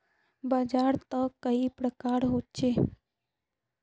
बाजार त कई प्रकार होचे?